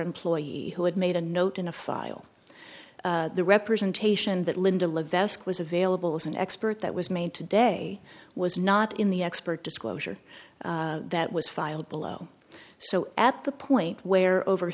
employee who had made a note in a file the representation that linda levesque was available as an expert that was made today was not in the expert disclosure that was filed below so at the point where over